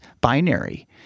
binary